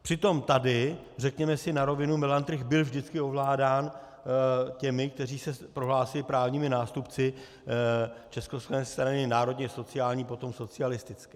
Přitom tady, řekněme si na rovinu, Melantrich byl vždycky ovládán těmi, kteří se prohlásili právními nástupci České strany národně sociální, potom socialistické.